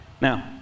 Now